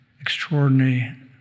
extraordinary